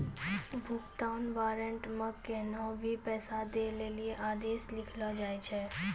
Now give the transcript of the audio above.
भुगतान वारन्ट मे कोन्हो भी पैसा दै लेली आदेश लिखलो जाय छै